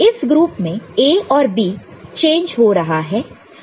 इस ग्रुप में A और B चेंज हो रहा है